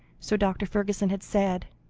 so dr. fergusson had said,